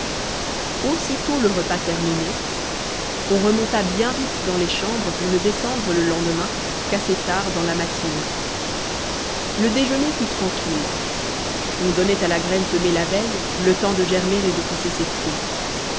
aussitôt le repas terminé on remonta bien vite dans les chambres pour ne descendre le lendemain qu'assez tard dans la matinée le déjeuner fut tranquille on donnait à la graine semée la veille le temps de germer et de pousser ses fruits